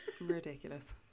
Ridiculous